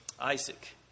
Isaac